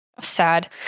Sad